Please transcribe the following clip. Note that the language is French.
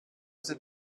ses